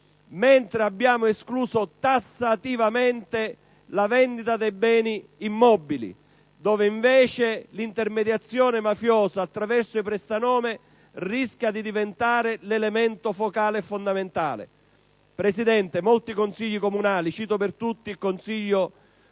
mentre escluse tassativamente la vendita dei beni immobili, dove, invece, l'intermediazione mafiosa attraverso i prestanome rischia di diventare l'elemento focale e fondamentale. Signora Presidente, nel Consiglio comunale di Corleone - così come